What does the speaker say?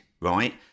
right